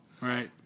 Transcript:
Right